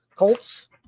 Colts